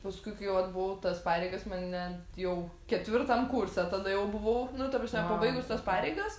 paskui kai jau atbuvau tas pareigas mane jau ketvirtam kurse tada jau buvau nu ta prasme pabaigus tas pareigas